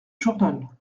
journal